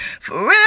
Forever